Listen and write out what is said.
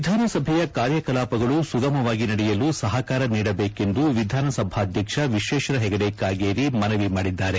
ವಿಧಾನಸಭೆಯ ಕಾರ್ಯಕಲಾಪಗಳು ಸುಗಮವಾಗಿ ನಡೆಯಲು ಸಹಕಾರ ನೀಡಬೇಕೆಂದು ವಿಧಾನಸಭಾಧ್ಯಕ್ಷ ವಿಶ್ವೇಶ್ವರ ಹೆಗಡೆ ಕಾಗೇರಿ ಮನವಿ ಮಾಡಿದ್ದಾರೆ